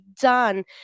done